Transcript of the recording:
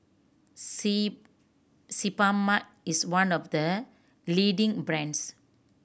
C Sebamed is one of the leading brands